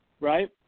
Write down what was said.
right